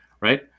right